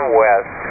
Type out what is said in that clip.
west